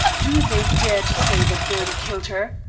do they dare to say that bertie killed her?